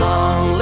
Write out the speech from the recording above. Long